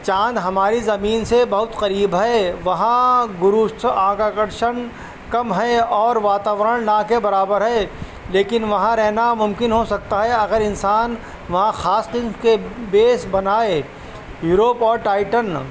چاند ہماری زمین سے بہت قریب ہے وہاں گرو آکرشن کم ہے اور واتاورن نا کے برابر ہے لیکن وہاں رہنا ممکن ہو سکتا ہے اگر انسان وہاں خاص قسم کے بیس بنائے یوروپ اور ٹائٹن